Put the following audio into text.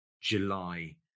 July